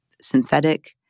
synthetic